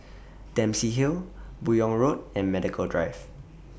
Dempsey Hill Buyong Road and Medical Drive